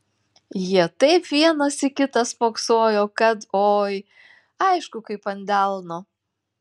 jie taip vienas į kitą spoksojo kad oi aišku kaip ant delno